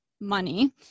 money